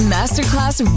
Masterclass